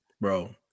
Bro